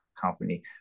company